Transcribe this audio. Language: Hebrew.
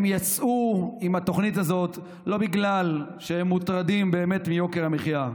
הם יצאו עם התוכנית הזאת לא בגלל שהם מוטרדים באמת מיוקר המחיה,